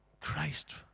Christ